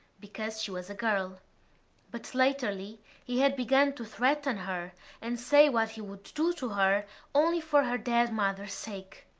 because she was a girl but latterly he had begun to threaten her and say what he would do to her only for her dead mother's sake.